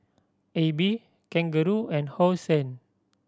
Aibi Kangaroo and Hosen